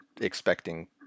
expecting